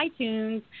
iTunes